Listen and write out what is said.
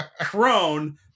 crone